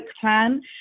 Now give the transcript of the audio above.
plan